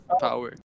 power